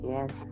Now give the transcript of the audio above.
Yes